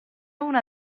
una